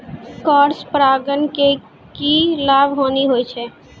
Cross परागण के की लाभ, हानि होय छै?